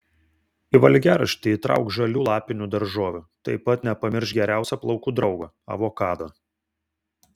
į valgiaraštį įtrauk žalių lapinių daržovių taip pat nepamiršk geriausio plaukų draugo avokado